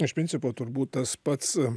iš principo turbūt tas pats